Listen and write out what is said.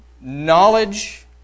knowledge